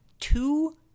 Two